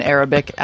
Arabic